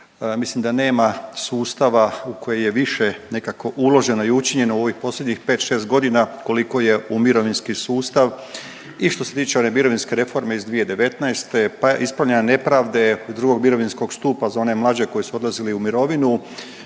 mislim da nema sustava u koji je više nekako uloženo i učinjeno u ovih posljednjih 5-6.g. koliko je u mirovinski sustav i što se tiče one mirovinske reforme iz 2019., pa ispravljanja nepravde iz drugog mirovinskog stupa za one mlađe koji su odlazili u mirovinu